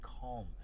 calm